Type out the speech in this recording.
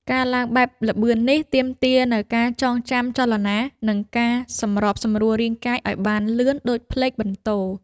ការឡើងបែបល្បឿននេះ ទាមទារនូវការចងចាំចលនា និងការសម្របសម្រួលរាងកាយឱ្យបានលឿនដូចផ្លេកបន្ទោរ។